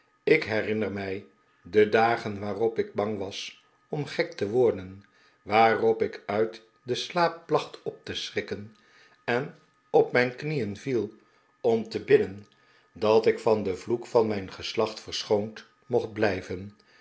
ik herinner my de dagen waarop ik bang was om gek te worden waarop ik uit den slaap placht op te schrikken en op mijn knieen viel om te bidden dat ik van den vloek van mijn geslacht verschoond mocht blijven